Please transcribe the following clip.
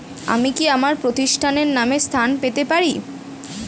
আমি কি আমার প্রতিষ্ঠানের নামে ঋণ পেতে পারি?